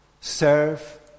Serve